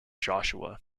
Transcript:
joshua